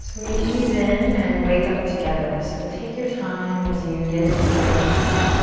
we're gonna ease in and wake up together. so take your time as you get into place.